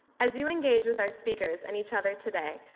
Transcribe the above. as you engage with our speakers and each other today,